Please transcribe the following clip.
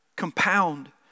compound